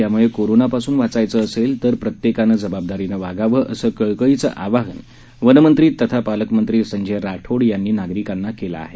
त्यामुळे कोरोनापासून वाचायचं असेल तर आतातरी प्रत्येकानं जबाबदारीने वागावे असे कळकळीचे आवाहन वनमंत्री तथा पालकमंत्री संजय राठोड यांनी नागरिकांना केलं आहे